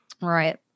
Right